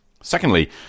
Secondly